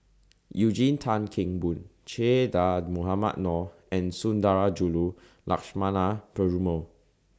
Eugene Tan Kheng Boon Che Dah Mohamed Noor and Sundarajulu Lakshmana Perumal